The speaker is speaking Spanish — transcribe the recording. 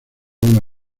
una